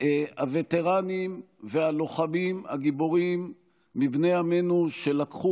הווטרנים והלוחמים הגיבורים מבני עמנו שלקחו